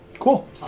Cool